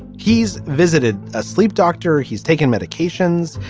he's visited a sleep doctor, he's taken medications,